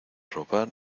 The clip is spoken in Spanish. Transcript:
robar